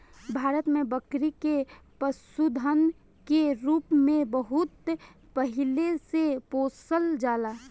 भारत में बकरी के पशुधन के रूप में बहुत पहिले से पोसल जाला